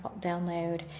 download